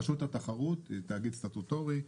רשות התחרות היא תאגיד סטטוטורי,